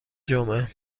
جمعه